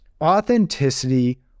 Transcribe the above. Authenticity